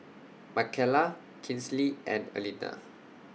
Mckayla Kinsley and Aleena